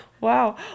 wow